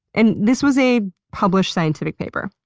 and this was a published scientific paper.